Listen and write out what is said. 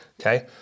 okay